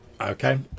Okay